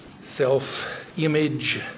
self-image